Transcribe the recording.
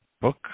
book